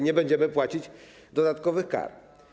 Nie będziemy płacić dodatkowych kar.